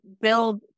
build